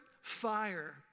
fire